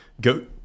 go